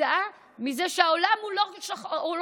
כתוצאה מזה שהעולם הוא לא רק לבן,